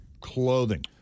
clothing